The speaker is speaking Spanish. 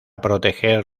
proteger